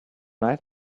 might